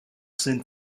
sind